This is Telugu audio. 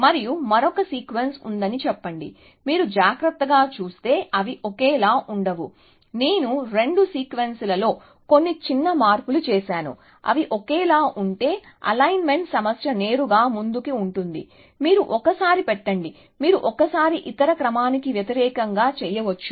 మరియు మరొక సీక్వెన్స్ ఉందని చెప్పండి మీరు జాగ్రత్తగా చూస్తే అవి ఒకేలా ఉండవు నేను రెండు సీక్వెన్స్లలో కొన్ని చిన్న మార్పులు చేసాను అవి ఒకేలా ఉంటే అలైన్మెంట్ సమస్య నేరుగా ముందుకు ఉంటుంది మీరు ఒకసారి పెట్టండి మీరు ఒకసారి ఇతర క్రమానికి వ్యతిరేకంగా చేయవచ్చు